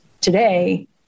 today